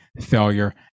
failure